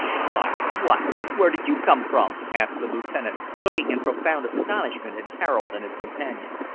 why, what where did you come from? asked the lieutenant, looking in profound astonishment at harold and his companion.